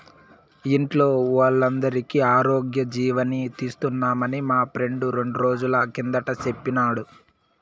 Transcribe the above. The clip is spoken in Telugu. ఇంట్లో వోల్లందరికీ ఆరోగ్యజీవని తీస్తున్నామని మా ఫ్రెండు రెండ్రోజుల కిందట సెప్పినాడు